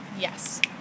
Yes